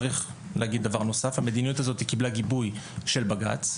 צריך להגיד דבר נוסף: המדיניות הזאת קיבלה גיבוי של בג"ץ,